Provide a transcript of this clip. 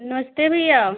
नमस्ते भैया